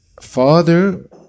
father